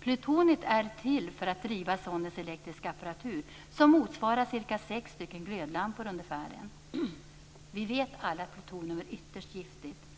Plutoniet är till för att driva sondens elektriska apparatur som ungefärligen motsvarar sex glödlampor under färden. Vi vet alla att plutonium är ytterst giftigt.